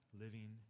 living